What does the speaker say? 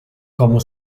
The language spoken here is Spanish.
como